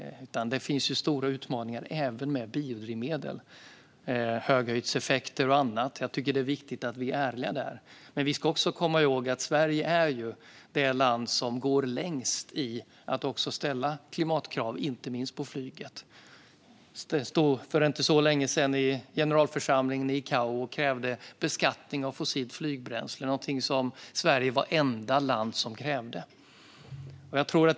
Det finns stora utmaningar även med biodrivmedel, såsom höghöjdseffekter och annat. Det är viktigt att vi är ärliga där. Men vi ska också komma ihåg att Sverige är det land som går längst i fråga om att ställa klimatkrav, inte minst på flyget. Jag stod för inte länge sedan i ICAO:s generalförsamling och krävde beskattning av fossilt flygbränsle. Sverige var det enda landet som gjorde det.